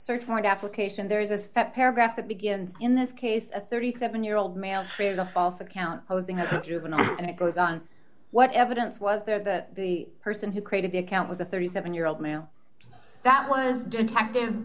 the application there is a step paragraph that begins in this case a thirty seven year old male created a false account posing as a juvenile and it goes on what evidence was there that the person who created the account was a thirty seven year old male that was detective